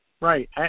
Right